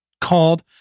called